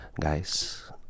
guys